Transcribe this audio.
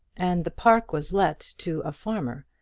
and the park was let to a farmer,